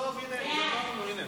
אינה נוכחת,